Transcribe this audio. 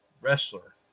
wrestler